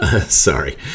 Sorry